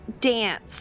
dance